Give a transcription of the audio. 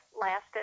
lasted